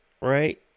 Right